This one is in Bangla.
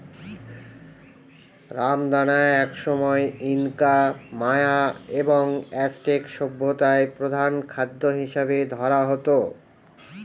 রামদানা একসময় ইনকা, মায়া এবং অ্যাজটেক সভ্যতায় প্রধান খাদ্য হিসাবে ধরা হত